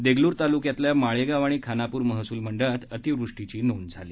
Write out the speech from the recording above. देगलूर तालुक्यातील माळेगाव आणि खानापूर महसूल मंडळात अतिवृष्टीची नोंद झाली